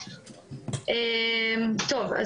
טוב,